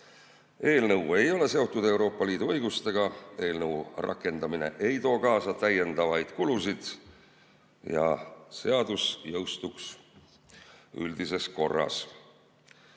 Eelnõu ei ole seotud Euroopa Liidu õigusega, eelnõu rakendamine ei too kaasa täiendavaid kulusid ja seadus jõustuks üldises korras.